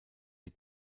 die